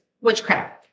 witchcraft